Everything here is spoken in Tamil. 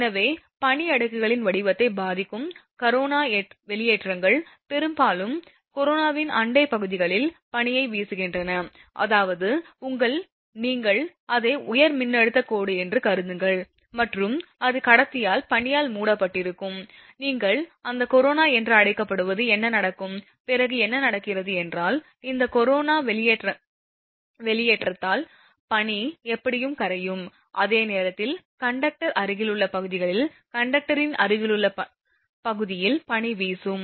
எனவே பனி அடுக்குகளின் வடிவத்தை பாதிக்கும் கரோனா வெளியேற்றங்கள் பெரும்பாலும் கரோனாவின் அண்டை பகுதிகளில் பனியை வீசுகின்றன அதாவது உங்கள் நீங்கள் அதை உயர் மின்னழுத்த கோடு என்று கருதுங்கள் மற்றும் அது கடத்தியால் பனியால் மூடப்பட்டிருக்கும் நீங்கள் அந்த கொரோனா என்று அழைக்கப்படுவது என்ன நடக்கும் பிறகு என்ன நடக்கிறது என்றால் இந்த கொரோனா வெளியேற்றத்தால் பனி எப்படியும் கரையும் அதே நேரத்தில் கண்டக்டர் அருகிலுள்ள பகுதிகளில் கண்டக்டரின் அருகிலுள்ள பகுதியில் பனி வீசும்